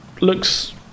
looks